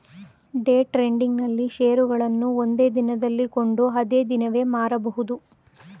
day trading ನಲ್ಲಿ ಶೇರುಗಳನ್ನು ಒಂದೇ ದಿನದಲ್ಲಿ ಕೊಂಡು ಅದೇ ದಿನವೇ ಮಾರಬಹುದು